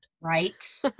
Right